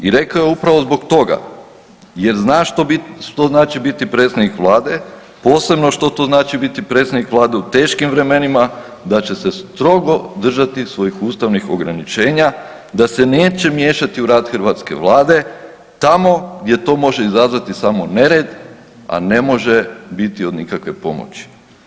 I rekao je upravo zbog toga jer zna što znači biti predsjednik vlade, posebno što to znači biti predsjednik vlade u teškim vremenima, da će se strogo držati svojih ustavnih ograničenja, da se neće miješati u rad hrvatske vlade tamo gdje to može izazvati samo nered, a ne može biti od nikakve pomoći.